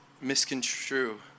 misconstrue